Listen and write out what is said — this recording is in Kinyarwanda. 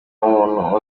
umuntu